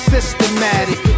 Systematic